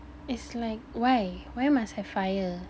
it's like why why must have fire